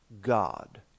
God